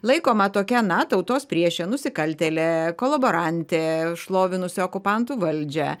laikoma tokia na tautos priešė nusikaltėlė kolaborantė šlovinusi okupantų valdžią